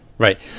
Right